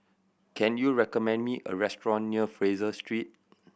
can you recommend me a restaurant near Fraser Street